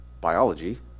biology